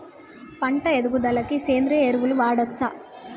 పంట ఎదుగుదలకి సేంద్రీయ ఎరువులు వాడచ్చా?